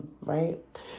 right